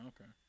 okay